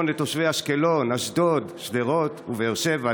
הביטחון לתושבי אשקלון" ואשדוד ושדרות ובאר שבע,